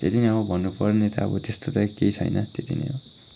त्यति नै हो भन्नुपर्ने त अब त्यस्तो त केही छैन त्यति नै हो